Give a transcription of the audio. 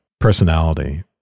personality